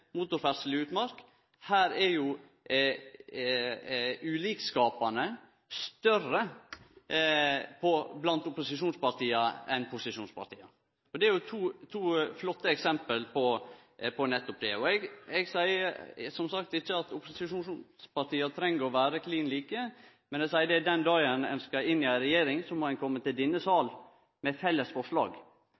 motorferdsel i utmark. Her er jo ulikskapane større blant opposisjonspartia enn blant posisjonspartia. Så dette er to flotte eksempel på nettopp det. Eg seier som sagt ikkje at opposisjonspartia treng å vere klin like, men eg seier at den dagen ein skal inn i ei regjering, må ein komme til denne salen med felles